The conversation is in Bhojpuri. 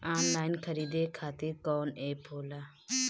आनलाइन खरीदे खातीर कौन एप होला?